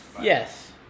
Yes